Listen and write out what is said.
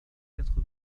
quatre